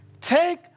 Take